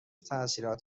تاثیرات